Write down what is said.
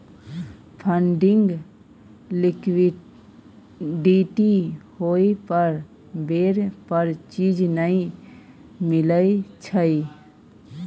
funding liquidity होइ पर बेर पर चीज नइ मिलइ छइ